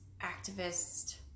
activist